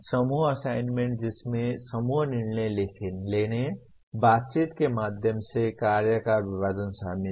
समूह असाइनमेंट जिसमें समूह निर्णय लेने बातचीत के माध्यम से कार्य का विभाजन शामिल है